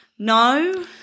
No